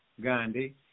Gandhi